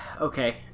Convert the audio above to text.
okay